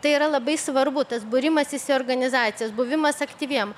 tai yra labai svarbu tas būrimasis į organizacijas buvimas aktyviem